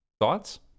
Thoughts